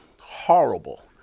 horrible